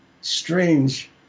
strange